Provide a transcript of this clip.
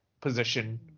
position